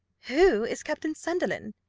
who is captain sunderland?